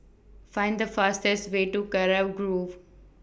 Find The fastest Way to Kurau Grove